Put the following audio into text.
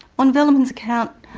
on velleman's account,